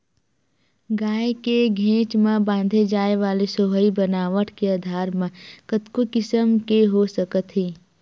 गाय के घेंच म बांधे जाय वाले सोहई बनावट के आधार म कतको किसम के हो सकत हे